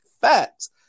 facts